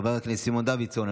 חבר הכנסת סימון דוידסון,